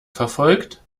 verfolgt